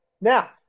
Now